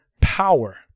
power